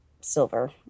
silver